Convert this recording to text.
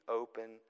open